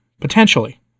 Potentially